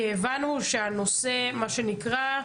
כי הבנו שהנושא מה שנקרא,